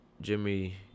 Jimmy